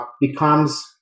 becomes